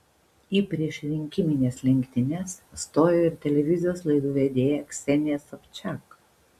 į priešrinkimines lenktynes stojo ir televizijos laidų vedėja ksenija sobčiak